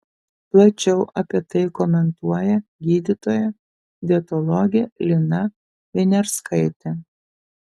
plačiau apie tai komentuoja gydytoja dietologė lina viniarskaitė